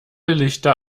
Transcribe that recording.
lichter